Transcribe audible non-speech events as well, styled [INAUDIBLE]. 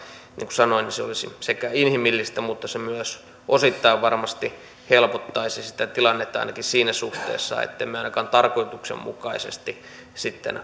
niin kuin sanoin se olisi inhimillistä mutta se myös osittain varmasti helpottaisi sitä tilannetta ainakin siinä suhteessa ettemme ainakaan tarkoituksenmukaisesti sitten [UNINTELLIGIBLE]